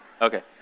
Okay